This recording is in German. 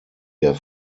der